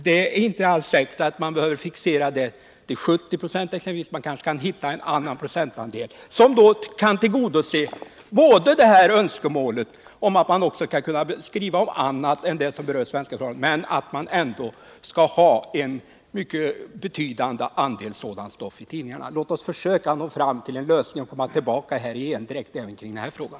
Det är inte alls säkert att man bör fixera den procentsatsen till exempelvis 70 76, utan man kanske kan komma fram till en annan procentandel som kan tillgodose både önskemålet om att man skall kunna skriva om annat än sådant som berör svenska förhållanden och önskemålet att man skall ha en betydande andel sådant stoff. Låt oss försöka nå fram till en lösning och komma tillbaka i endräkt även till den här frågan!